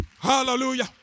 Hallelujah